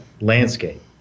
landscape